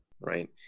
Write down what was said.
right